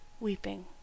Weeping